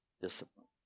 Discipline